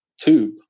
tube